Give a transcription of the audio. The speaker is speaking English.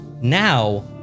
Now